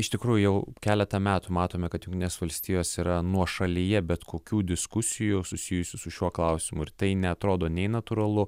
iš tikrųjų jau keletą metų matome kad jungtinės valstijos yra nuošalyje bet kokių diskusijų susijusių su šiuo klausimu ir tai neatrodo nei natūralu